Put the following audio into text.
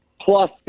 plus